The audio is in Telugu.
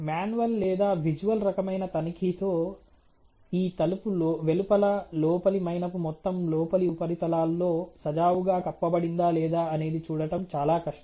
మాన్యువల్ లేదా విజువల్ రకమైన తనిఖీతో ఈ తలుపు వెలుపల లోపలి మైనపు మొత్తం లోపలి ఉపరితలాల్లో సజావుగా కప్పబడిందా లేదా అనేది చూడటం చాలా కష్టం